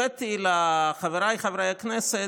הבאתי לחבריי חברי הכנסת,